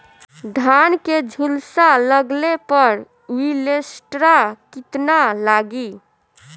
धान के झुलसा लगले पर विलेस्टरा कितना लागी?